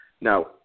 Now